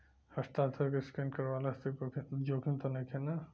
हस्ताक्षर के स्केन करवला से जोखिम त नइखे न?